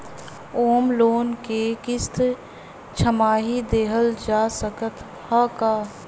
Home loan क किस्त छमाही देहल जा सकत ह का?